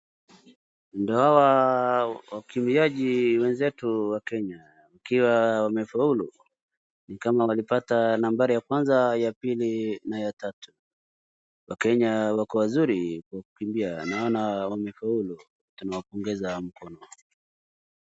Ndio hawa wakimbiaji wenzetu wa Kenya wakiwa wamefaulu, ni kama walipata nambari ya kwanza, ya pili na ya tatu. Wakenya wako wazuri kwa kukimbia. Naona wamefaulu, tunawapongeza mkono.